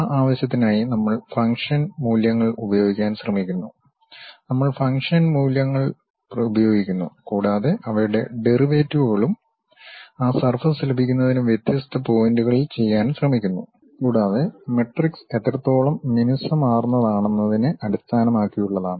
ആ ആവശ്യത്തിനായി നമ്മൾ ഫംഗ്ഷൻ മൂല്യങ്ങൾ ഉപയോഗിക്കാൻ ശ്രമിക്കുന്നു നമ്മൾ ഫംഗ്ഷൻ മൂല്യങ്ങൾ ഉപയോഗിക്കുന്നു കൂടാതെ അവയുടെ ഡെറിവേറ്റീവുകളും ആ സർഫസ് ലഭിക്കുന്നതിന് വ്യത്യസ്ത പോയിന്റുകളിൽ ചെയ്യാൻ ശ്രമിക്കുന്നു കൂടാതെ മെട്രിക്സ് എത്രത്തോളം മിനുസമാർന്നതാണെന്നതിനെ അടിസ്ഥാനമാക്കിയുള്ളതാണ്